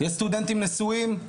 יש סטודנטים נשואים.